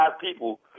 people